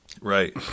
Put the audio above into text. Right